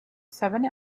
seven